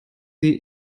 sie